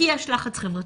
כי יש לחץ חברתי.